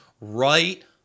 right